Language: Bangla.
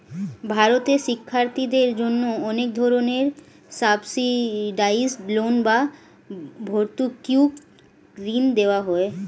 ভারতে শিক্ষার্থীদের জন্য অনেক ধরনের সাবসিডাইসড লোন বা ভর্তুকিযুক্ত ঋণ দেওয়া হয়